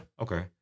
Okay